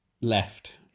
left